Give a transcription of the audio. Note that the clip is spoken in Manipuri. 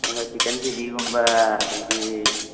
ꯍꯣꯏ ꯍꯣꯏ ꯆꯤꯛꯀꯟ ꯆꯤꯜꯂꯤꯒꯨꯝꯕ ꯑꯗꯩꯗꯤ